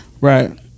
Right